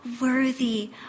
worthy